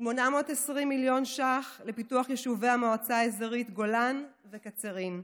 820 מיליון ש"ח לפיתוח יישובי המועצה האזורית גולן וקצרין,